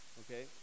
okay